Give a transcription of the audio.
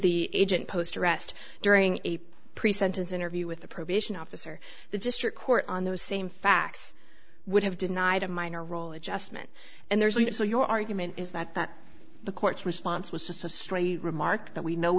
the agent post arrest during a pre sentence interview with the probation officer the district court on those same facts would have denied a minor role adjustment and there's only so your argument is that that the court's response was just a straight remark that we know